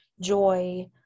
joy